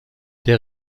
der